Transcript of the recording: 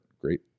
great